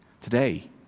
Today